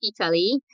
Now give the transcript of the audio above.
Italy